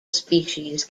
species